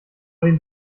den